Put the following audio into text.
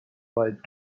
weit